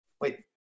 Wait